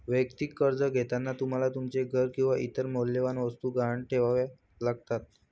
वैयक्तिक कर्ज घेताना तुम्हाला तुमचे घर किंवा इतर मौल्यवान वस्तू गहाण ठेवाव्या लागतात